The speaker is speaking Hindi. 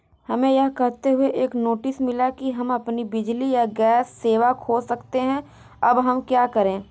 हमें यह कहते हुए एक नोटिस मिला कि हम अपनी बिजली या गैस सेवा खो सकते हैं अब हम क्या करें?